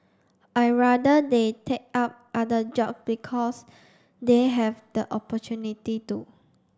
I'd rather they take up other job because they have the opportunity to